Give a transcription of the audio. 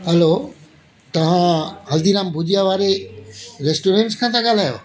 hello तव्हां हल्दीराम भुजिया वारे restaurant खां था ॻाल्हायो